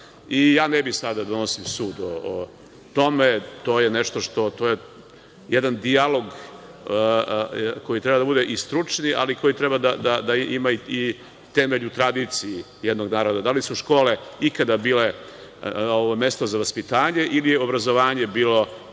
i ja ne bih sada da donosim sud o tome. To je jedan dijalog koji treba da bude i stručni, ali koji treba da ima temelj u tradiciji jednog dana. Da li su škole ikada bile mesto za vaspitanje, ili je obrazovanje bilo